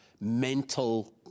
mental